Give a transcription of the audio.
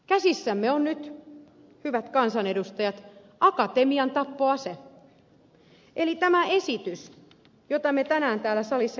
käsissämme on nyt hyvät kansanedustajat akatemian tappoase eli tämä esitys jota me tänään täällä salissa käsittelemme